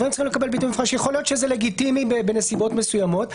יכול להיות שזה לגיטימי בנסיבות מסוימות,